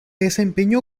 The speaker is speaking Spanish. desempeñó